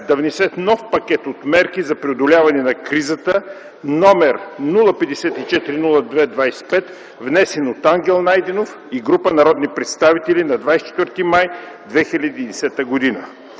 да внесе нов пакет от мерки за преодоляване на кризата, № 054-02-25, внесен от Ангел Петров Найденов и група народни представители на 24.03.2010 г.